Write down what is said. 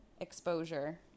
Exposure